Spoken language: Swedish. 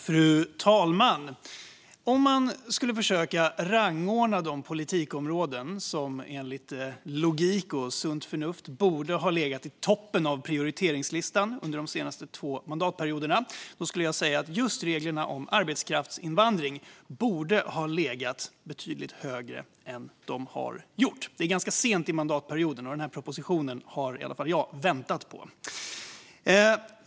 Fru talman! Om man skulle försöka rangordna de politikområden som enligt logik och sunt förnuft borde ha legat i toppen av prioriteringslistan under de senaste två mandatperioderna borde just reglerna för arbetskraftsinvandring legat betydligt högre än de har gjort. Det är ganska sent i den här mandatperioden, och propositionen har i varje fall jag väntat på.